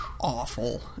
awful